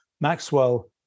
Maxwell